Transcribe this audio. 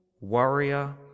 warrior